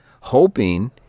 hoping